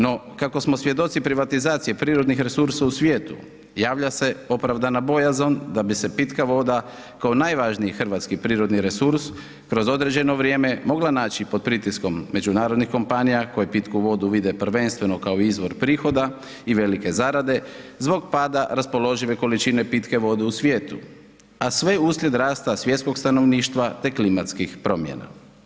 No, kako smo svjedoci privatizacije prirodnih resursa u svijetu javlja se opravdana bojazan da bi se pitka voda kao najvažniji hrvatski prirodni resurs kroz određeno vrijeme mogla naći pod pritiskom međunarodnih kompanija koje pitku vodu vide prvenstveno kao izvor prihoda i velike zarade zbog pada raspoložive količine pitke vode u svijetu a sve uslijed rasta svjetskog stanovništva te klimatskih promjena.